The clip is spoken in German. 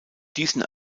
diesen